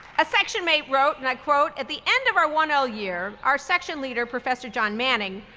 a sectionmate wrote, and i quote, at the end of our one l year, our section leader, professor john manning,